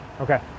Okay